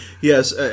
yes